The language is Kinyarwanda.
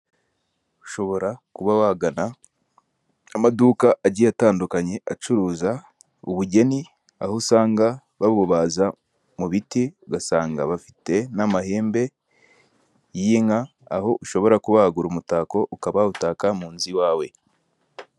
Ushobora kuba wagana amaduka agiye atandukanye acuruza ubugeni, aho usanga babubaza mu biti ugasanga bafite n'amahembe y'inka, aho ushobora kuba wagura umutako ukaba wawutaka mu nzu iwawe.